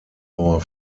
more